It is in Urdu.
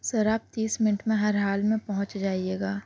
سر آپ تیس منٹ میں ہر حال میں پہنچ جائیے گا